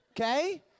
Okay